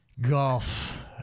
Golf